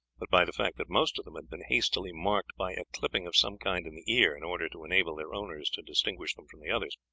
but by the fact that most of them had been hastily marked by a clipping of some kind in the ear in order to enable their owners to distinguish them from the others.